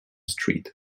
street